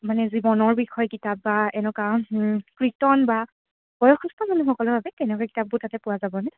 মানে জীৱনৰ বিষয় কিতাপ বা এনেকুৱা কীৰ্তন বা বয়সস্থ মানুহসকলৰ বাবে কেনেকুৱা কিতাপবোৰ তাতে পোৱা যাবনে